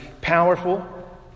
powerful